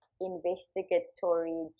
investigatory